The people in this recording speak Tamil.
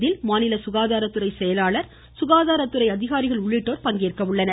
இதில் மாநில சுகாதாரத்துறை செயலாளர் சுகாதாரத்துறை அதிகாரிகள் உள்ளிட்டோர் பங்கேற்க உள்ளனர்